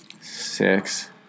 six